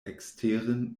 eksteren